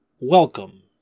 Welcome